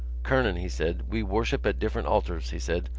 kernan, he said, we worship at different altars, he said,